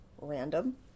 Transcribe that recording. random